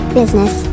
business